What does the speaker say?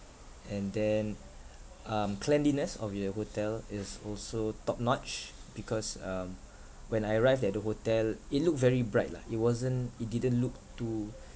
and then um cleanliness of your hotel is also top notch because um when I arrived at the hotel it look very bright lah it wasn't it didn't look too